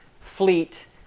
fleet